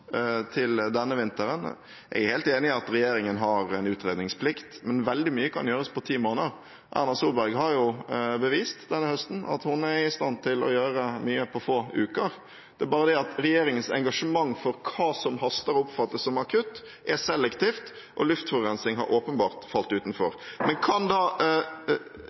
til denne vinteren. Jeg er helt enig i at regjeringen har en utredningsplikt, men veldig mye kan gjøres på ti måneder. Erna Solberg beviste jo sist høst at hun er i stand til å gjøre mye på få uker. Det er bare det at regjeringens engasjement for hva som haster og oppfattes som akutt, er selektivt, og luftforurensning har åpenbart falt utenfor. Kan